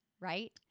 right